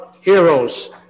heroes